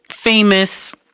famous